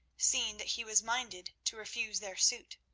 seeing that he was minded to refuse their suit.